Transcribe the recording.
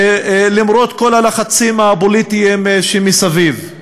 למרות כל הלחצים הפוליטיים שמסביב.